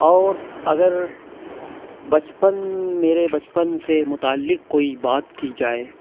اور اگر بچپن میرے بچپن سے متعلق کوئی بات کی جائے